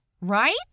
right